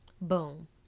Boom